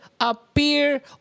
appear